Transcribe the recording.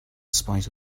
spite